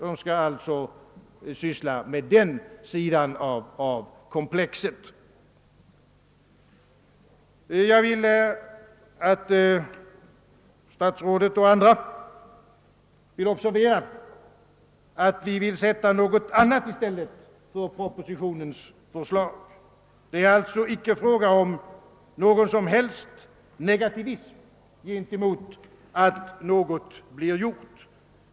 De skall alltså syssla med den sidan av komplexet. Jag vill att statsrådet och andra skall observera att vi vill sätta något annat i stället för propositionens förslag. Det är alltså icke fråga om någon som helst negativism mot att något blir gjort.